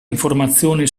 informazioni